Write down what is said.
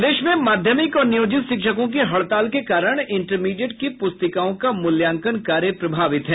प्रदेश में माध्यमिक और नियोजित शिक्षकों की हड़ताल के कारण इंटरमीडिएट की पुस्तिकाओं का मूल्यांकन कार्य प्रभावित है